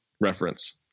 reference